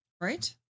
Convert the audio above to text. Right